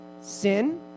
sin